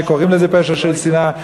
וקוראים לזה פשע של שנאה,